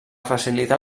facilitar